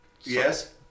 Yes